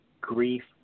Grief